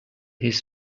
his